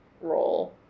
role